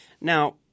Now